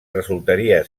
resultaria